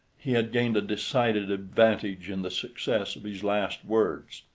he had gained a decided advantage in the success of his last words,